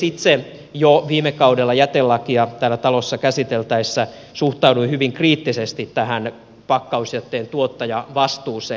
itse jo viime kaudella jätelakia täällä talossa käsiteltäessä suhtauduin hyvin kriittisesti tähän pakkausjätteen tuottajavastuuseen